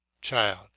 CHILD